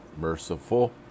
merciful